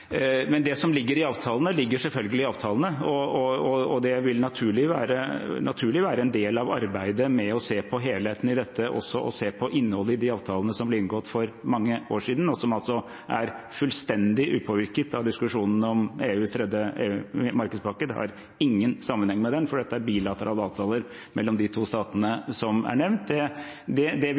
Det som ligger i avtalene, ligger selvfølgelig i avtalene. Det vil naturlig være en del av arbeidet med å se på helhetene i dette også å se på innholdet i de avtalene som ble inngått for mange år siden, og som altså er fullstendig upåvirket av diskusjonene om EUs tredje markedspakke. Det har ingen sammenheng med den, for dette er bilaterale avtaler mellom de to statene som er nevnt. Det vil energiministeren helt åpenbart se på. Men det